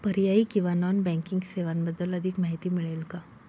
पर्यायी किंवा non banking सेवांबद्दल अधिक माहिती मिळेल का?